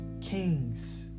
kings